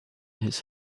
his